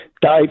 Dave